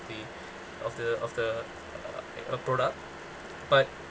the of the of the uh a product but